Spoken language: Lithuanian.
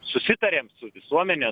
susitarėm su visuomene